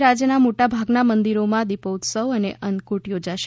આજે રાજ્યના મોટા ભાગના મંદિરોમાં દિપોત્સવ અને અન્નકુટ યોજાશે